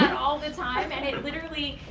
and all the time and it literally,